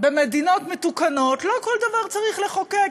במדינות מתוקנות לא כל דבר צריך לחוקק.